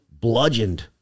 bludgeoned